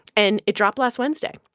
and it dropped last wednesday.